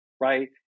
right